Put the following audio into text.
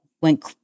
Went